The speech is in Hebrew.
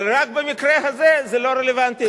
אבל רק במקרה הזה זה לא רלוונטי,